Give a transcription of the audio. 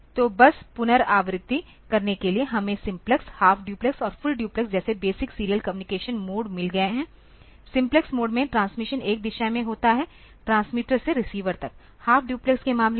तो बस पुनरावृत्ति करने के लिए हमें सिम्पलेक्स हाफ डुप्लेक्स और फुल डुप्लेक्स जैसे बेसिक सीरियल कम्युनिकेशन मोड मिल गए हैं सिम्प्लेक्स मोड में ट्रांसमिशन एक दिशा में होता है ट्रांसमीटर से रिसीवर तक हाफ डुप्लेक्स के मामले में